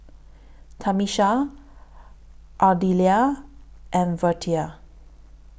Tamisha Ardelia and Vertie